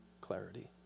clarity